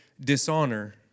dishonor